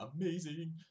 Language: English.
amazing